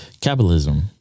capitalism